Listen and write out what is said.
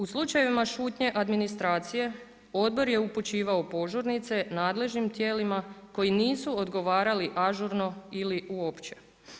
U slučajevima šutnje administracije odbor je upućivao požurnice nadležnim tijelima koji nisu odgovarali ažurno ili uopće.